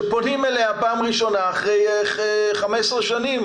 שפונים אליה פעם ראשונה אחרי 15 שנים.